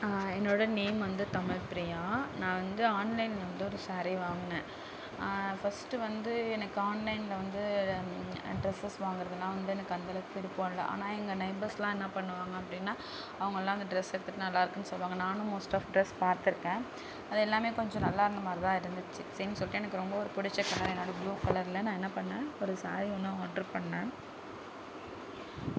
என்னோடய நேம் வந்து தமிழ்பிரியா நான் வந்து ஆன்லைனில் வந்து ஒரு ஸாரி வாங்கினேன் ஃபஸ்ட்டு வந்து எனக்கு ஆன்லைனில் வந்து டிரெஸ்ஸஸ் வாங்கிறதுலாம் வந்து எனக்கு அந்தளவுக்கு விருப்பம் இல்லை ஆனால் எங்கள் நெய்பர்ஸ்ல்லாம் என்ன பண்ணுவாங்க அப்படின்னா அவுங்கலாம் அந்த டிரெஸ் எடுத்துகிட்டு நல்லா இருக்குதுன்னு சொல்லுவாங்க நானும் மோஸ்ட் ஆஃப் டிரெஸ் பார்த்துருக்கேன் அது எல்லாம் கொஞ்சம் நல்லாயிருந்த மாதிரி தான் இருந்துச்சு சரின்னு சொல்லிவிட்டு எனக்கு ரொம்பவும் ஒரு பிடிச்ச கலர் என்னோடய புளூ கலரில் நான் என்ன பண்ணுணேன் ஒரு ஸாரி ஒன்று ஆர்டர் பண்ணிணேன்